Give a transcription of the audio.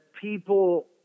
people